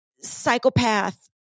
psychopath